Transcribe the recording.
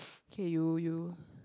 okay you you